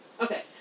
Okay